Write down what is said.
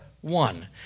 one